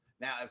Now